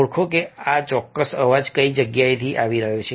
ઓળખો કે આ ચોક્કસ અવાજ કઈ જગ્યાએથી આવી રહ્યો છે